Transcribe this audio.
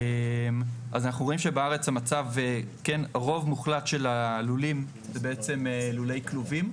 אנחנו רואים שבארץ רוב מוחלט של הלולים הם בעצם לולי כלובים,